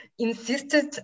insisted